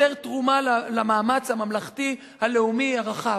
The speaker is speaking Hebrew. יותר תרומה למאמץ הממלכתי-הלאומי הרחב.